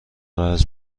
قرض